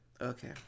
Okay